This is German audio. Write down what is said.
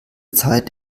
zeit